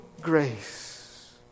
grace